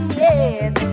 yes